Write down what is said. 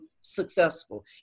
successful